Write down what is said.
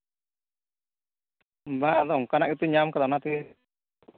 ᱵᱟᱝ ᱟᱫᱚ ᱚᱱᱠᱟᱱᱟᱜ ᱜᱮᱛᱚᱧ ᱧᱟᱢ ᱠᱟᱫᱟ